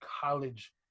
college